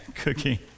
cooking